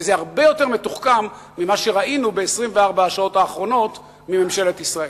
וזה הרבה יותר מתוחכם ממה שראינו ב-24 השעות האחרונות מממשלת ישראל.